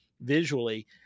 visually